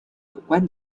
有关